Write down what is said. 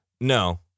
No